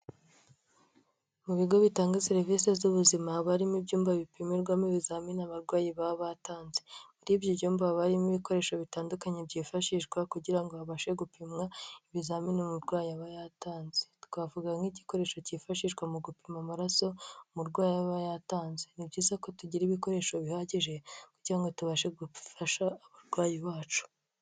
Mu bigo bitanga serivisi z'ubuzima haba harimo ibyumba bipimirwamo ibizamini abarwayi baba batanze. Muri ibyo byumba barimo ibikoresho bitandukanye byifashishwa kugira ngo babashe gupima ibizamini umurwayi aba yatanze. Twavuga nk'igikoresho cyifashishwa mu gupima amaraso umurwayi aba yatanze. Ni byiza ko tugira ibikoresho bihagije, kugirango ngo tubashe gufasha abarwayi bacu.